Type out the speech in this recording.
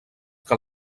que